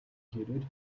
хэрээр